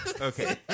Okay